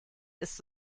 ist